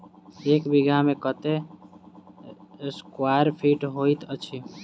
एक बीघा मे कत्ते स्क्वायर फीट होइत अछि?